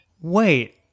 wait